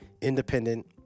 independent